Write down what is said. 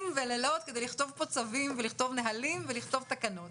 ולילות כדי לכתוב פה צווים ולכתוב נהלים ולכתוב תקנות